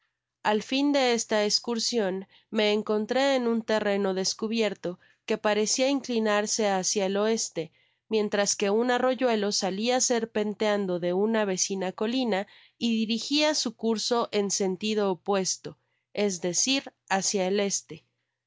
al fin de esta escursion me encontré en un terreno descubierto que parecía inclinarse hacia el oeste mientras que un arroyuelo salía serpenteando de ana vecina colina y dirigía su curso en sentido opuesto es decir bácia el este